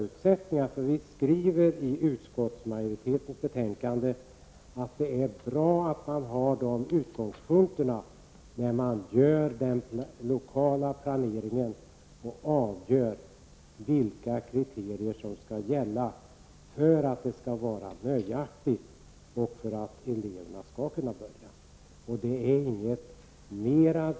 Utskottsmajoriteten skriver i sitt betänkande att det är bra att man har dessa utgångspunkter när man gör den lokala planeringen och avgör vilka kriterier som skall gälla för att det skall vara nöjaktigt och för att dessa elever skall kunna börja.